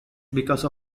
because